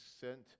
sent